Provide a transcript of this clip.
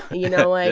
you know what?